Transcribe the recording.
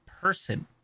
person